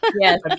Yes